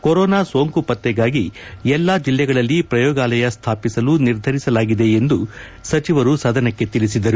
corona ಸೋಂಕು ಪತ್ತೆಗಾಗಿ ಎಲ್ಲಾ ಜಿಲ್ಲೆಗಳಲ್ಲಿ ಪ್ರಯೋಗಾಲಯ ಸ್ಥಾಪಿಸಲು ನಿರ್ಧರಿಸಲಾಗಿದೆ ಎಂದು ಸಚಿವರು ಸದನಕ್ಕೆ ತಿಳಿಸಿದರು